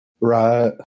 Right